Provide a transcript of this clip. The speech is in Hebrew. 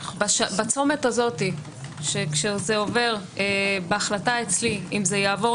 בצומת הזאת כשזה עובר בהחלטה אצלי, אם זה יעבור